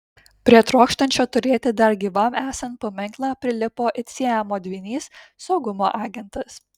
prie trokštančio turėti dar gyvam esant paminklą prilipo it siamo dvynys saugumo agentas